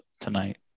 tonight